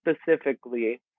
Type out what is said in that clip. specifically